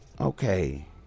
Okay